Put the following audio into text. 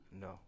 No